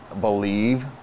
believe